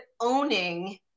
owning